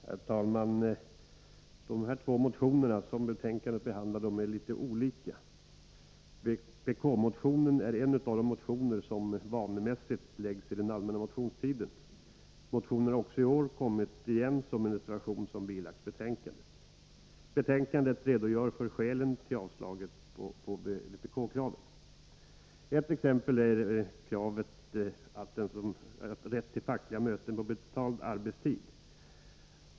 Herr talman! De två motioner som behandlas i betänkandet är litet olika. Vpk-motionen är en av de motioner som vanemässigt väcks under den allmänna motionstiden. Motionen har i år också kommit igen som en reservation som fogats till betänkandet. I betänkandet redogörs för skälen till utskottets avstyrkande av vpkkraven. Ett exempel är kravet om rätt till fackliga möten på betald arbetstid.